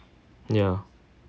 ya